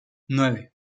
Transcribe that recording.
nueve